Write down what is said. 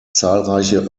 zahlreiche